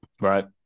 Right